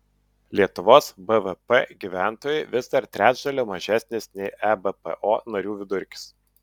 lietuvos bvp gyventojui vis dar trečdaliu mažesnis nei ebpo narių vidurkis